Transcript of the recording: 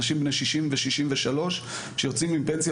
אנשים בני 60 ו-63 שיוצאים עם פנסיה